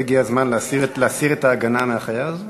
לא הגיע הזמן להסיר את ההגנה מהחיה הזאת?